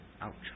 Ouch